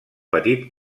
petit